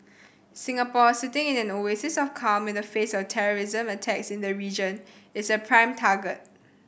Singapore sitting in an oasis of calm in the face of terrorism attacks in the region is a prime target